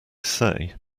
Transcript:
say